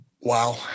wow